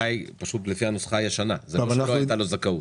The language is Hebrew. פשוט לפי הנוסחה הישנה, זה לא שלא היתה לו זכאות.